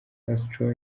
castro